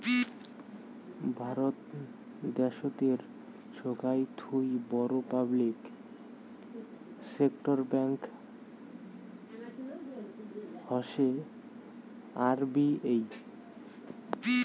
ভারত দ্যাশোতের সোগায় থুই বড় পাবলিক সেক্টর ব্যাঙ্ক হসে আর.বি.এই